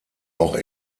auch